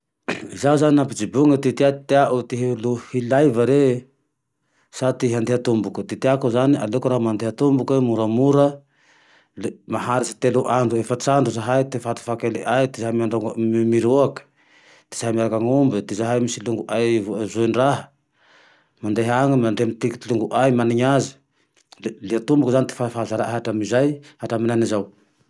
Zaho zane laha ampijobony ty tea ty teao, ty ho hilay va re sa ty handeha tomboky. Ty teako zane aleoko raha mandeha tomboky moramora maharitsy telo andro efantr'andro zahy ty fahafahkely ay, zahay mirohaky, ty zahay miaraky amy omby, misy longoay voa-azoendraha, mandeha agne, mandeha mitety ty longoay manin'azy, le liantomboky zane ty faha zaraay hatramizay, hatramy henane zay